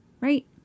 right